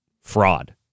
fraud